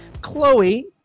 Chloe